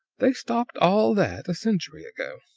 they stopped all that a century ago.